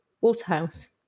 Waterhouse